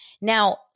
Now